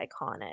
iconic